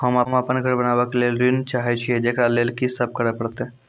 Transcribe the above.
होम अपन घर बनाबै के लेल ऋण चाहे छिये, जेकरा लेल कि सब करें परतै?